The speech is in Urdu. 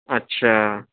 اچھا